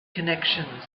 connections